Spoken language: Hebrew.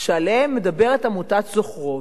שעליהם מדברת עמותת "זוכרות"